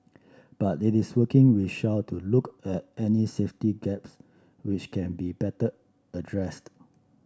but it is working with Shell to look at any safety gaps which can be better addressed